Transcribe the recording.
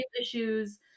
issues